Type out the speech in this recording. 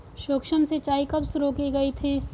सूक्ष्म सिंचाई कब शुरू की गई थी?